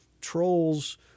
trolls